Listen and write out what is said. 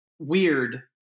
weird